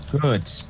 Good